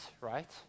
right